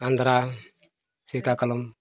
ᱚᱱᱫᱷᱨᱟ ᱥᱤᱠᱟᱠᱟᱞᱚᱢ